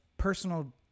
personal